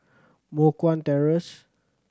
Moh Guan Terrace